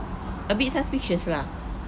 a bit suspicious lah